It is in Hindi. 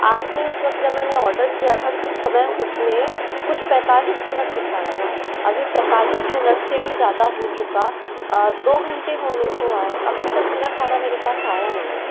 आपने उस वक़्त जब मैंने आर्डर किया था तब समय उस में कुछ पैंतालीस मिनट दिखा रहा था अभी पैंतालीस मिनट से भी ज़्यादा हो चुका दो घंटे होने को आए अभी तक मेरा खाना मेरे पास आया नहीं है